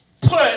put